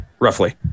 Roughly